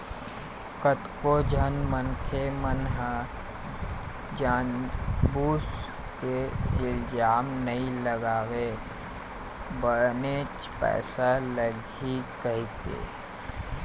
कतको झन मनखे मन ह जानबूझ के इलाज नइ करवाय बनेच पइसा लगही कहिके